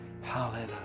Hallelujah